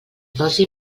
dosi